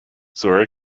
zora